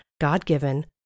God-given